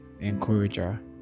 encourager